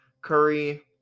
Curry